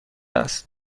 است